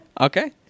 Okay